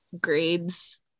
grades